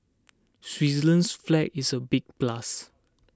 Switzerland's flag is a big plus